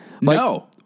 No